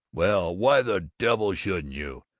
well, why the devil shouldn't you?